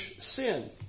sin